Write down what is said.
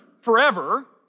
forever